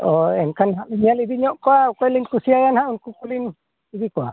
ᱦᱳᱭ ᱮᱱᱠᱷᱟᱱ ᱱᱟᱦᱟᱜ ᱧᱮᱞ ᱤᱫᱤ ᱧᱚᱜ ᱠᱚᱣᱟ ᱚᱠᱚᱭ ᱞᱤᱧ ᱠᱩᱥᱤᱭᱟ ᱱᱟᱦᱟᱜ ᱩᱱᱠᱩ ᱠᱚᱞᱤᱧ ᱤᱫᱤ ᱠᱚᱣᱟ